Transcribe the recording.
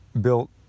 built